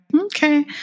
okay